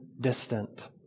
distant